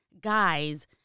guys